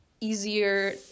easier